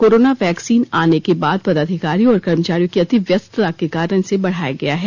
corona vaccine आने के बाद पदाधिकारियों और कर्मचारियों की अति व्यस्तता के कारण इसे बढ़ाया गया है